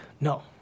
No